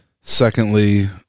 secondly